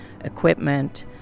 equipment